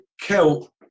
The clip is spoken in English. kilt